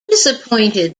disappointed